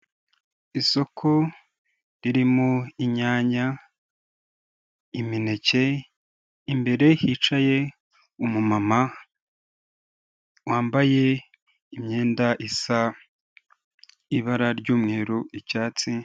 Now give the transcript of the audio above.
Isoko ririmo inyanya, imineke, imbere hicaye umu mama wambaye imyenda isa ibara ry'umweru, icyatsi.